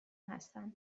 هستم